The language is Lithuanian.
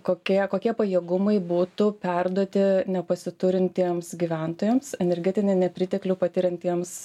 kokia kokie pajėgumai būtų perduoti nepasiturintiems gyventojams energetinį nepriteklių patiriantiems